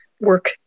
work